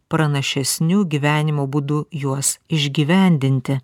pranašesniu gyvenimo būdu juos išgyvendinti